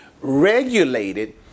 regulated